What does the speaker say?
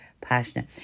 passionate